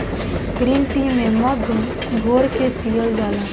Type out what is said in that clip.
green tea में मध घोर के पियल जाला